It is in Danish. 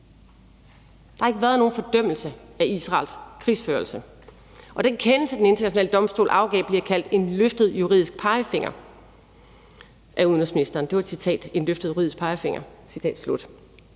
Der har ikke været nogen fordømmelse af Israels krigsførelse. Og den kendelse, den internationale domstol afgav, bliver kaldt »en løftet juridisk pegefinger« af udenrigsministeren. I Enhedslisten mener vi, at tiden er inde til